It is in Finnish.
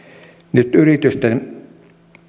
nyt yritysten